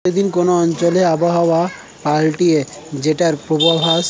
প্রত্যেক দিন কোন অঞ্চলে আবহাওয়া পাল্টায় যেটার পূর্বাভাস